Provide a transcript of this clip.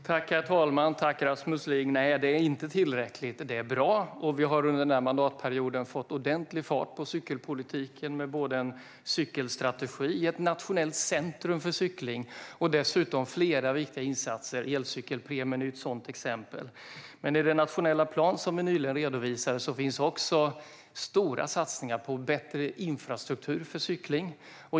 Herr talman! Tack, Rasmus Ling, för frågan! Nej, det är inte tillräckligt, men det är bra. Vi har under mandatperioden fått ordentlig fart på cykelpolitiken med både en cykelstrategi och ett nationellt centrum för cykling. Vi har dessutom gjort flera viktiga insatser, och elcykelpremien är ett sådant exempel. I den nationella plan som vi nyligen redovisade finns också stora satsningar på bättre infrastruktur för cykling.